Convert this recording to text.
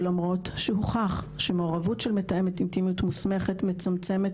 ולמרות שהוכח שמעורבות של מתאמת אינטימיות מוסמכת מצמצמת